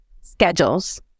Schedules